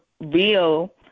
real